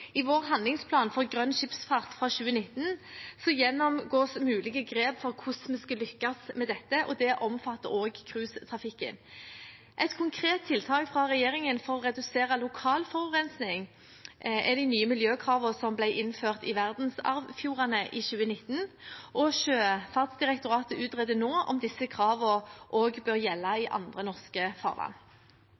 I vår handlingsplan for grønn skipsfart fra 2019 gjennomgås mulige grep for hvordan vi skal lykkes med dette, og det omfatter også cruisetrafikken. Et konkret tiltak fra regjeringen for å redusere lokal forurensning er de nye miljøkravene som ble innført i verdensarvfjordene i 2019, og Sjøfartsdirektoratet utreder nå om disse kravene også bør gjelde i andre norske farvann.